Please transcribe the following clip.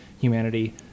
humanity